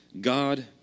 God